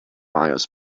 miles